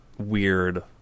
Weird